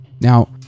Now